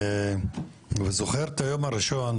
וזוכר את היום הראשון,